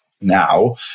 now